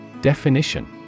Definition